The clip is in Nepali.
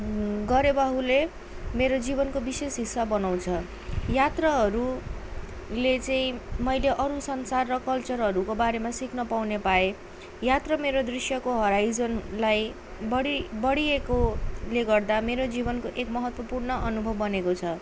गरेबा उसले मेरो जीवनको विशेष हिस्सा बनाउँछ यात्राहरूले चाहिँ मैले अरू संसार र कल्चरहरूको बारेमा सिक्न पाउन पाएँ यात्रा मेरो दृश्यको हराइजनलाई बढि बढिएकोले गर्दा मेरो जीवनको एक महत्त्वपूर्ण अनुभव बनेको छ